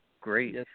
great